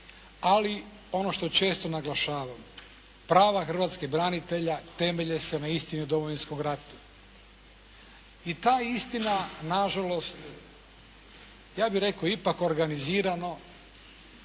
Ali ono što često naglašavam, prava hrvatskih branitelja temelji se na istini o Domovinskom ratu i ta istina na žalost ja bih rekao ipak organizirano